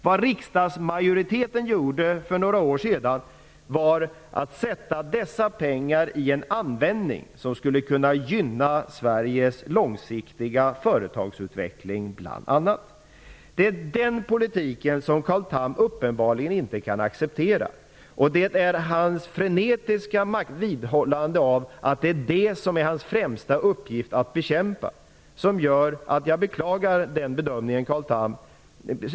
Vad riksdagsmajoriteten gjorde för några år sedan var att sätta dessa pengar i en användning som skulle kunna gynna bl.a. Sveriges långsiktiga företagsutveckling. Det är den politiken som Carl Tham uppenbarligen inte kan acceptera. Han vidhåller i dag frenetiskt att det är hans främsta uppgift att bekämpa detta, och jag beklagar den bedömningen, Carl Tham.